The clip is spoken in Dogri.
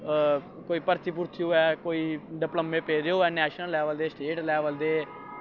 कोई भर्थी भुर्थी होऐ कोई डिपलम्में पेदे होऐ नैशनल लैवल दे स्टेट लैवल दे